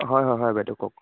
হয় হয় হয় বাইদেউ কওক